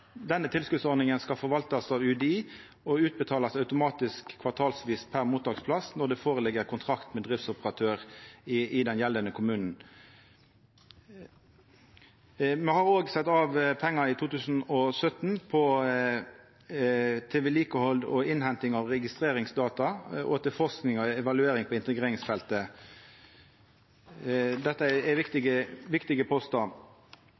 Denne tilskotsordninga skal forvaltast av UDI og skal utbetalast automatisk kvartalsvis per mottaksplass når det ligg føre kontrakt med driftsoperatør i den gjeldande kommunen. Me har òg sett av pengar i 2017 til å vedlikehalda og henta inn registreringsdata og til forsking og evaluering på integreringsfeltet. Dette er viktige postar.